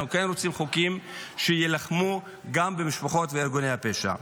אנחנו כן רוצים חוקים שיילחמו גם במשפחות וארגוני הפשע.